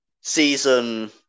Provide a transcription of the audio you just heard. season